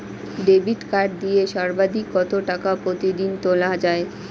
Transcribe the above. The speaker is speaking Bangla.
ডেবিট কার্ড দিয়ে সর্বাধিক কত টাকা প্রতিদিন তোলা য়ায়?